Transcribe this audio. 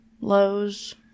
Lowe's